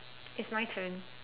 it's my turn